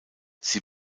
sie